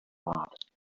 heart